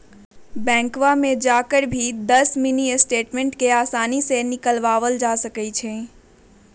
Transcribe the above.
बैंकवा में जाकर भी दस मिनी स्टेटमेंट के आसानी से निकलवावल जा सका हई